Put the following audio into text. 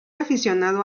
aficionado